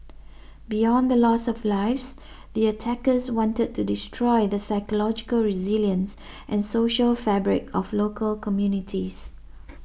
beyond the loss of lives the attackers wanted to destroy the psychological resilience and social fabric of local communities